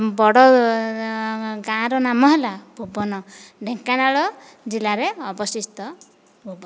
ବଡ଼ ଗାଁର ନାମ ହେଲା ଭୁବନ ଢେଙ୍କାନାଳ ଜିଲ୍ଲାର ଅବସ୍ତିତ ଭୁବନ